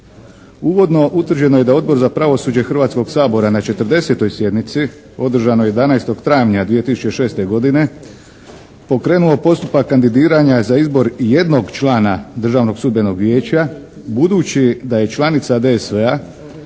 Uvodno utvrđeno je da Odbor za pravosuđe Hrvatskoga sabora na 40. sjednici održanoj 11. travnja 2006. godine, pokrenuo postupak kandidiranja za izbor jednog člana Državnog sudbenog vijeća budući da je članica DSV-a